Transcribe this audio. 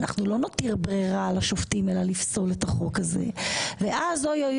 אנחנו לא נותיר ברירה לשופטים אלא לפסול את החוק הזה ואז אוי,